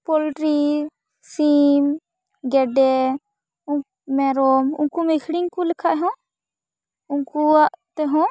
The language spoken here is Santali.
ᱯᱚᱞᱴᱨᱤ ᱥᱤᱢ ᱜᱮᱰᱮ ᱢᱮᱨᱚᱢ ᱩᱱᱠᱩᱢ ᱟᱠᱷᱨᱤᱧ ᱠᱚ ᱞᱮᱠᱷᱟᱡ ᱦᱚᱸ ᱩᱱᱠᱩᱭᱟᱜ ᱛᱮᱦᱚᱸ